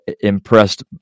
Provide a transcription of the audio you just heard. impressed